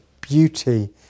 beauty